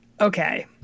Okay